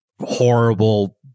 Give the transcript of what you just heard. horrible